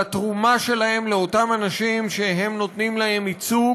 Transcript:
על התרומה שלהם לאותם אנשים שהם נותנים להם ייצוג,